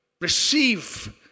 receive